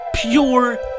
Pure